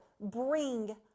bring